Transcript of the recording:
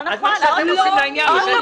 את היחידה שלא דואגת לכולם.